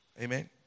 amen